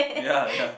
ya ya